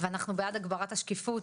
ואנחנו בעד הגברת השקיפות,